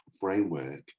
framework